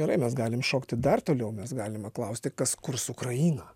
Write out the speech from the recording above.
gerai mes galim šokti dar toliau mes galime klausti kas kurs ukrainą